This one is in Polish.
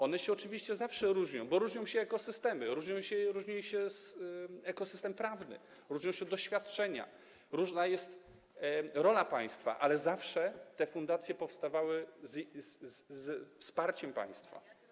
One się oczywiście zawsze różnią, bo różnią się ekosystemy, różni się ekosystem prawny, różnią się doświadczenia, różna jest rola państwa, ale te fundacje zawsze powstawały ze wsparciem państwa.